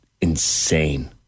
insane